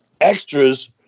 extras